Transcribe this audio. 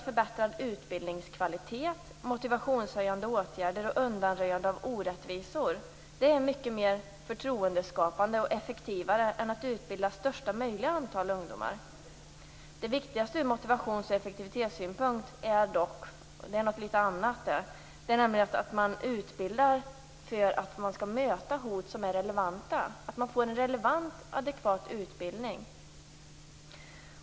Förbättrad utbildningskvalitet, motivationshöjande åtgärder och undanröjande av orättvisor är mycket mer förtroendeskapande och effektivare än att utbilda största möjliga antal ungdomar. Det viktigaste ur motivations och effektivitetssynpunkt är dock något annat, nämligen att man utbildar för att möta hot som är relevanta. Vi behöver en relevant och adekvat utbildning.